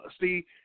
see –